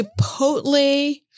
chipotle